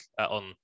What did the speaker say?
on